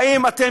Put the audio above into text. האם אתם,